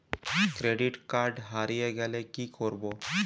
Credit card হারিয়ে গেলে কি করব?